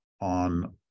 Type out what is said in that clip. on